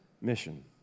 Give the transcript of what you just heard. mission